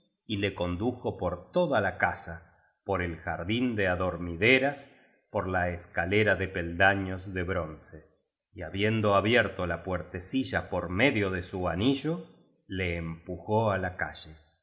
y le condujo por toda la casa por el jardín de ador mideras por la escalera de peldaños de bronce y habiendo abierto la puertecilla por medio de su anillo le empujó á la calle